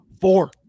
Four